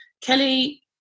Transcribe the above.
Kelly